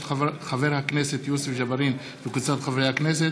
של חבר הכנסת יוסף ג'בארין וקבוצת חברי הכנסת,